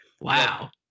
wow